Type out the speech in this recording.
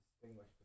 distinguish